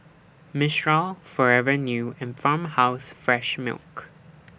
Mistral Forever New and Farmhouse Fresh Milk